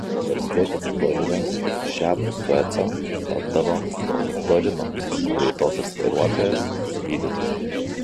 valstietis florinas šiapus sueco tapdavo donu florinu greitosios vairuotojas gydytoju